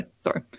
sorry